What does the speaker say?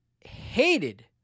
hated